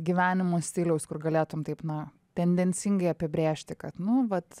gyvenimo stiliaus kur galėtum taip nu tendencingai apibrėžti kad nu vat